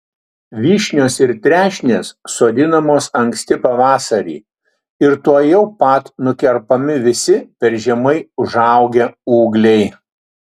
vyšnios ir trešnės sodinamos anksti pavasarį ir tuojau pat nukerpami visi per žemai užaugę ūgliai